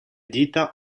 dita